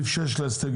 סעיף 5 להסתייגויות.